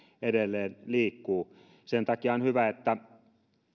edelleen liikkuu sen takia on hyvä että